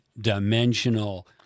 dimensional